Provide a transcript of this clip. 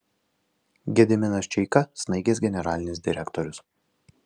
gediminas čeika snaigės generalinis direktorius